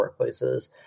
workplaces